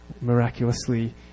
miraculously